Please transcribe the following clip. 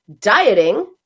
Dieting